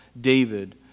David